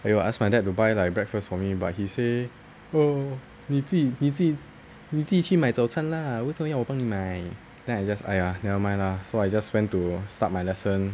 !aiyo! ask my dad to buy like breakfast for me but he say 你自己你自己你自己去买早餐 lah 为什么要我帮你买 then I just !aiya! never mind lah so I just went to start my lesson